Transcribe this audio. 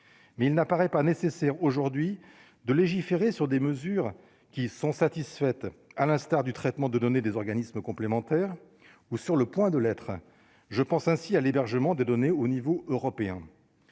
mais il n'apparaît pas nécessaire aujourd'hui de légiférer sur des mesures qui sont satisfaites à l'instar du traitement de données des organismes complémentaires, ou sur le point de l'être, je pense ainsi à l'hébergement de données au niveau européen,